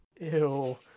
Ew